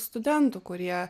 studentų kurie